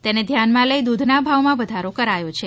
તેને ધ્યાનમાં લઇ દૂધના ભાવમાં વધારો કરાયો છે